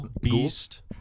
Beast